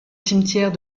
cimetière